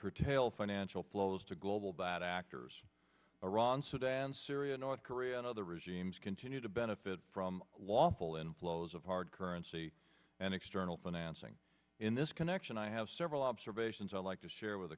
curtail financial pose to global bad actors iran sudan syria north korea and other regimes continue to benefit from lawful inflows of hard currency and external financing in this connection i have several observations i'd like to share with